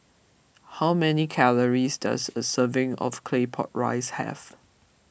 how many calories does a serving of Claypot Rice have